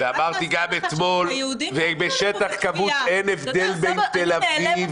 ואמרתי גם אתמול: בשטח כבוש אין הבדל בין תל אביב